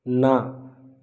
ନା